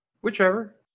Whichever